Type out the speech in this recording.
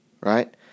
right